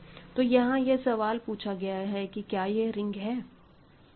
तो यहां यह सवाल पूछा गया है कि क्या यह रिंग है